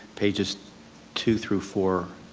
pages two through four,